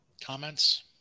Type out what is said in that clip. Comments